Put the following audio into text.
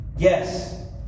Yes